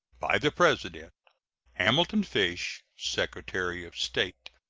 by the president hamilton fish, secretary of state.